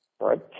right